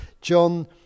John